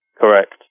Correct